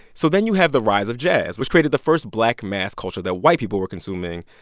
so then you have the rise of jazz, which created the first black mass culture that white people were consuming.